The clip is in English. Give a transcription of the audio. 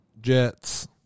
Jets